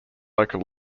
local